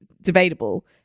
debatable